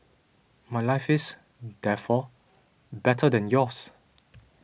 my life is therefore better than yours